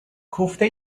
کوفته